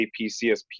APCSP